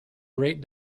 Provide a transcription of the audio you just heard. great